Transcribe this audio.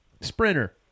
Sprinter